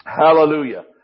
Hallelujah